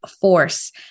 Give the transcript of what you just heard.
force